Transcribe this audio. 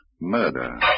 murder